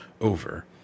over